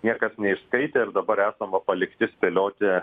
niekas neišskaitė ir dabar esam va palikti spėlioti